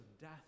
death